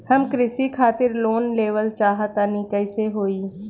हम कृषि खातिर लोन लेवल चाहऽ तनि कइसे होई?